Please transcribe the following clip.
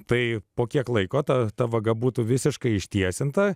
tai po kiek laiko ta ta vaga būtų visiškai ištiesinta